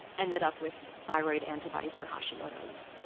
ended up with thyroid antibodies for hashimoto's.